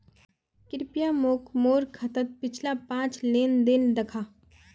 कृप्या मोक मोर खातात पिछला पाँच लेन देन दखा